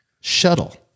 shuttle